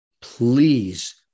Please